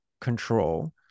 control